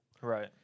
Right